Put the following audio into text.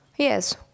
Yes